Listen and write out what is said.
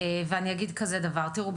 תראו,